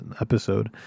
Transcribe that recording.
episode